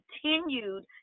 continued